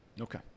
Okay